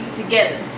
together